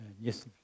Yes